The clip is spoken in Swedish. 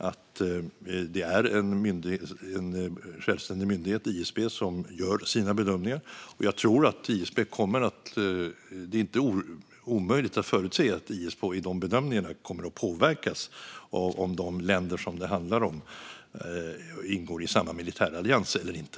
ISP är som bekant en självständig myndighet som gör sina bedömningar. Det är inte omöjligt att förutse att ISP i de bedömningarna kommer att påverkas av om de länder som det handlar om ingår i samma militärallians eller inte.